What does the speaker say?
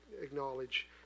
acknowledge